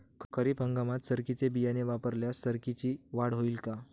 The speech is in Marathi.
खरीप हंगामात सरकीचे बियाणे वापरल्यास सरकीची वाढ होईल का?